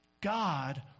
God